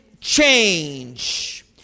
change